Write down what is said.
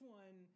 one